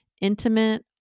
intimate